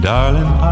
Darling